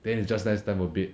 then it's just nice time for bed